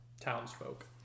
townsfolk